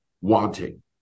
wanting